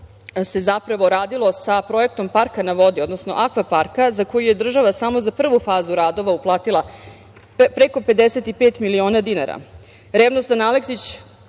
se zapravo radilo sa projektom parka na vodi, odnosno akva parka, za koji je država samo za prvu fazu radova uplatila preko 55 miliona